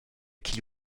ch’igl